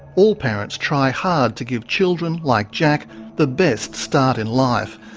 all parents try hard to give children like jack the best start in life,